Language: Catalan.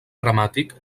dramàtic